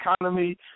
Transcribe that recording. economy